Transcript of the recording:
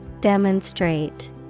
Demonstrate